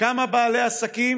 כמה בעלי עסקים